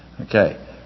Okay